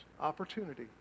Opportunity